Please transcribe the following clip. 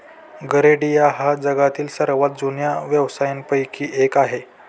गरेडिया हा जगातील सर्वात जुन्या व्यवसायांपैकी एक आहे